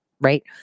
right